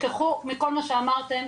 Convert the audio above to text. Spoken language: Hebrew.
תשכחו מכל מה שאמרתם.